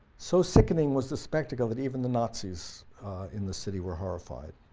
so sickening was the spectacle that even the nazi's in the city were horrified.